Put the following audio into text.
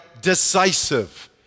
decisive